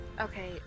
okay